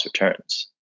returns